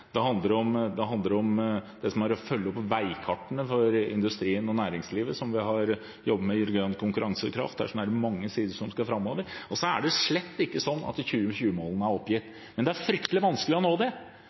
Det handler om å følge opp veikartene for industrien og næringslivet, som vi har jobbet med i grønn konkurransekraft. Der er det mange sider som skal fram. Det er slett ikke slik at 2020-målene er